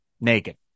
naked